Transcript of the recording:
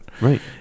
Right